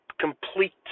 complete